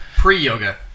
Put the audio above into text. Pre-yoga